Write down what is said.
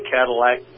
Cadillac